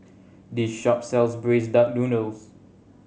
this shop sells Braised Duck Noodle